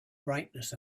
brightness